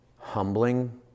Humbling